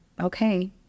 okay